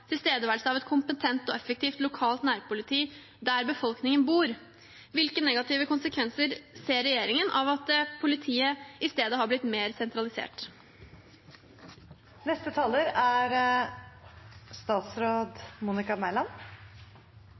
tilstedeværelse av et kompetent og effektivt lokalt nærpoliti der befolkningen bor. Hvilke negative konsekvenser ser regjeringen av at politiet i stedet har blitt mer